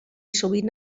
sovint